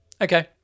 Okay